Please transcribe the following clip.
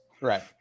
Right